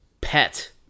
pet